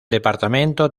departamento